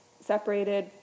separated